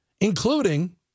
including